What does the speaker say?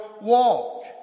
walk